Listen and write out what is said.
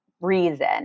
reason